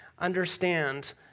understand